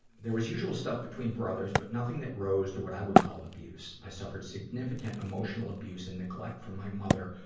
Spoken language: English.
there was usual stuff between brothers, but nothing that rose to what i would call abuse. i suffered significant emotional abuse and neglect from my mother,